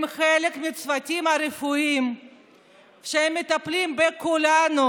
הם חלק מהצוותים הרפואיים שמטפלים בכולנו,